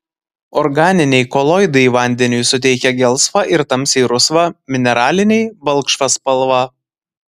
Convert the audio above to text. organiniai koloidai vandeniui suteikia gelsvą ir tamsiai rusvą mineraliniai balkšvą spalvą